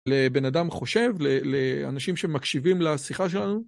לבן אדם חושב, לאנשים שמקשיבים לשיחה שלנו.